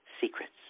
secrets